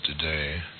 today